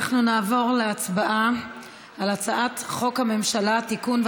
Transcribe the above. אנחנו נעבור להצבעה על הצעת חוק הממשלה (תיקון,